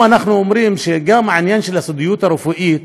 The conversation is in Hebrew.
גם בעניין הסודיות הרפואית,